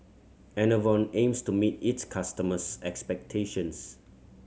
Enervon aims to meet its customers' expectations